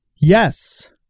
Yes